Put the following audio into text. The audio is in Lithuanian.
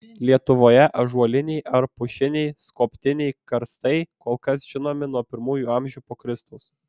lietuvoje ąžuoliniai ar pušiniai skobtiniai karstai kol kas žinomi nuo pirmųjų amžių po kristaus